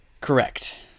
Correct